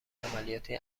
عملیاتی